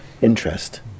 interest